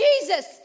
Jesus